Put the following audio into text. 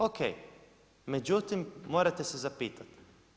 Ok, međutim morate se zapitati.